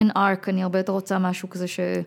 אני הרבה יותר רוצה משהו כזה